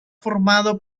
formado